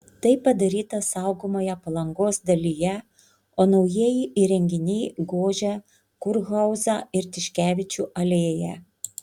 tai padaryta saugomoje palangos dalyje o naujieji įrenginiai gožia kurhauzą ir tiškevičių alėją